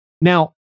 Now